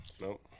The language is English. Nope